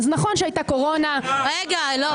נכון שהייתה קורונה ------ לא, לא.